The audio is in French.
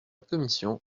commission